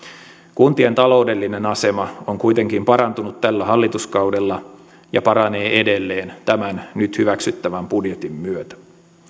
kuntien taloudellinen asema on kuitenkin parantunut tällä hallituskaudella ja paranee edelleen tämän nyt hyväksyttävän budjetin myötä